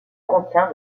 contient